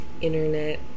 internet